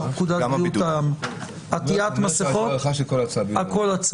פקודת בריאות העם: עטיית מסכות --- כל הצו.